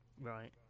Right